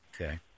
Okay